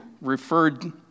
referred